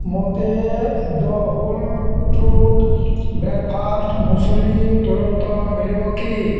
ମୋତେ the whole truth breakfast muesli ତୁରନ୍ତ ମିଳିବ କି